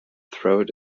throat